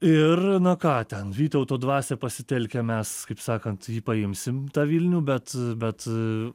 ir na ką ten vytauto dvasią pasitelkę mes kaip sakant jį paimsim tą vilnių bet bet